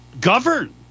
govern